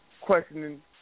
questioning